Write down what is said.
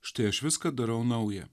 štai aš viską darau nauja